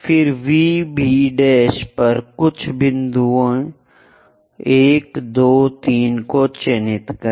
फिर VB पर कुछ बिंदुओं 1 2 3 को चिह्नित करें